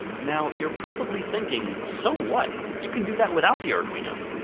now you are probably thinking. so what? you can do that without the arduino!